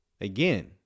Again